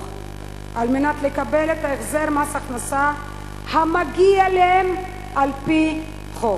על מנת לקבל את החזר מס ההכנסה המגיע להם על-פי חוק.